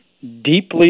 deeply